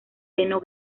seno